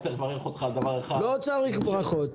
אני רוצה לברך אותך על דבר אחד --- לא צריך ברכות.